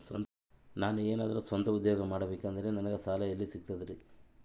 ನಾನು ಏನಾದರೂ ಸ್ವಂತ ಉದ್ಯೋಗ ಮಾಡಬೇಕಂದರೆ ನನಗ ಸಾಲ ಎಲ್ಲಿ ಸಿಗ್ತದರಿ?